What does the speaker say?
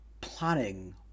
planning